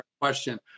question